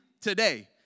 today